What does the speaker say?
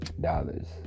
dollars